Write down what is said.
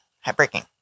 Heartbreaking